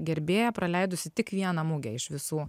gerbėja praleidusi tik vieną mugę iš visų